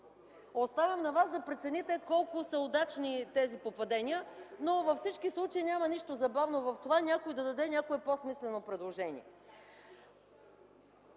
Оставам на вас да прецените колко са удачни тези попадения, но във всички случаи няма нищо забавно в това някой да даде по-смислено предложение.